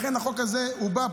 לכן החוק הזה בא,